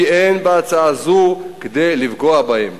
כי אין בהצעה זו כדי לפגוע בהם.